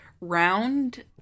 Round